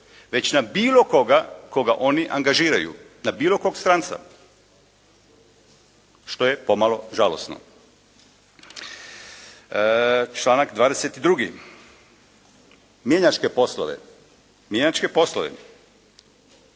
već na bilo koga koga oni angažiraju, na bilo kog stranca, što je pomalo žalosno. Članak 22. mjenjačke poslove.